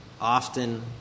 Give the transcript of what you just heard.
Often